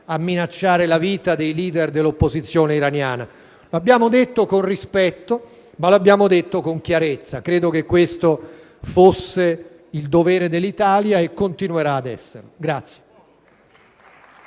a minacciare la vita dei leader dell'opposizione iraniana. L'abbiamo detto con rispetto, ma l'abbiamo detto con chiarezza. Credo che questo fosse il dovere dell'Italia, e continuerà ad esserlo.